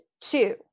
two